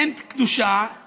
אין קדושה,